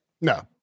no